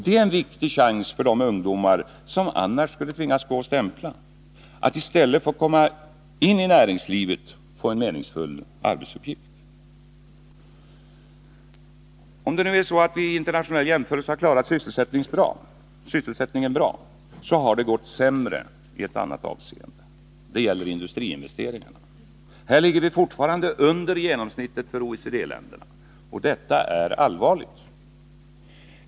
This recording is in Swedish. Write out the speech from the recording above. Det är en viktig chans för de ungdomar som annars skulle tvingas gå och stämpla, att i stället få komma in i näringslivet och få en meningsfull arbetsuppgift. Har vi hittills i internationell jämförelse klarat sysselsättningen bra, har det gått sämre i ett annat avseende. Det gäller industriinvesteringarna. Här ligger vi fortfarande under genomsnittet för OECD-länderna. Detta är allvarligt.